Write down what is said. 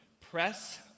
Press